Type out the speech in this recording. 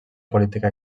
política